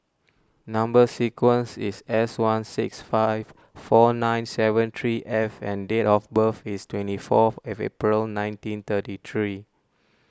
Number Sequence is S one six five four nine seven three F and date of birth is twenty fourth of April nineteen thirty three